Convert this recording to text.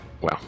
Wow